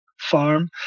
farm